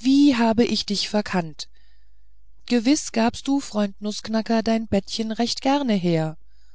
wie habe ich dich verkannt gewiß gabst du freund nußknackern dein bettchen recht gerne her